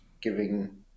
giving